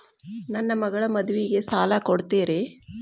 ನನ್ನ ಮಗಳ ಮದುವಿಗೆ ಸಾಲ ಕೊಡ್ತೇರಿ?